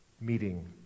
meeting